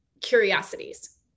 curiosities